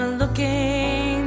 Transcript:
looking